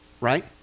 right